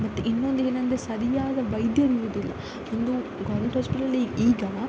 ಮತ್ತು ಇನ್ನೊಂದು ಏನಂದರೆ ಸರಿಯಾದ ವೈದ್ಯರು ಇರುವುದಿಲ್ಲ ಇನ್ನು ಗೋರ್ಮೆಂಟ್ ಹಾಸ್ಪಿಟಲಲ್ಲಿ ಈಗ